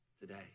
today